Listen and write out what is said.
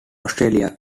australia